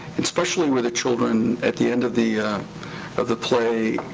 especially where the children at the end of the of the play,